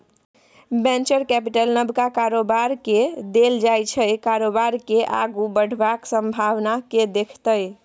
venture capital नबका कारोबारकेँ देल जाइ छै कारोबार केँ आगु बढ़बाक संभाबना केँ देखैत